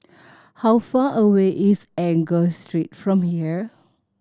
how far away is Enggor Street from here